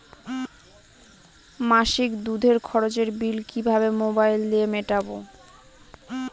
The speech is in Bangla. মাসিক দুধের খরচের বিল কিভাবে মোবাইল দিয়ে মেটাব?